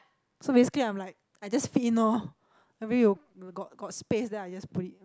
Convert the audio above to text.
so basically I'm like I just fit in loh maybe you you got got space then I just put it